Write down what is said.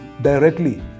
directly